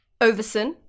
Overson